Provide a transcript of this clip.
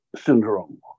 syndrome